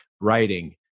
writing